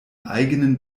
eigenen